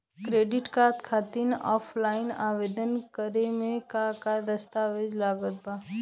Credit card खातिर offline आवेदन करे म का का दस्तवेज लागत बा?